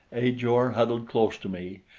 ajor huddled close to me,